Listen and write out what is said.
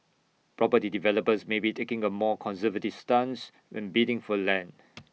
property developers may be taking A more conservative stance when bidding for land